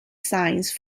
science